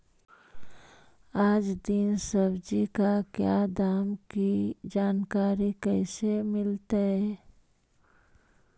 आज दीन सब्जी का क्या दाम की जानकारी कैसे मीलतय?